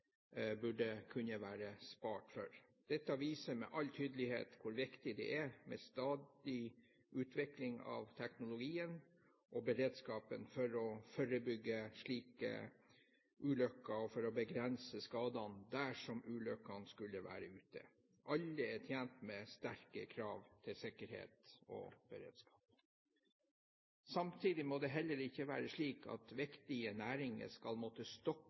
burde vært spart for. Dette viser med all tydelighet hvor viktig det er med stadig utvikling av teknologien og beredskapen for å forebygge slike ulykker og for å begrense skadene dersom ulykken skulle være ute. Alle er tjent med sterke krav til sikkerhet og beredskap. Samtidig må det heller ikke være slik at viktige næringer skal måtte stoppe